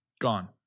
Gone